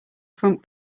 front